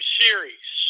series